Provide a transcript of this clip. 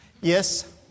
Yes